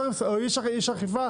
אם יש אכיפה